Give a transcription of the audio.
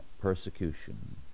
persecution